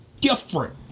different